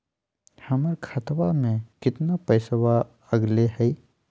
हमर खतवा में कितना पैसवा अगले हई?